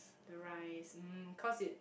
the rice mm cause it